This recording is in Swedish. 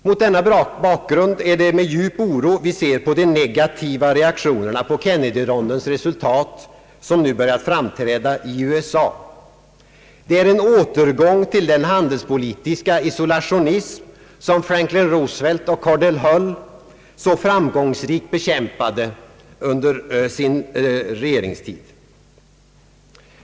Mot denna bakgrund är det med djup oro vi ser på de negativa reaktioner på Kennedy-rondens resultat som nu börjat framträda i USA. Det är en återgång till den handelspolitiska isolationism som Franklin Roosevelt och Cordell Hull så framgångsrikt bekämpade på sin tid.